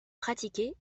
pratiquer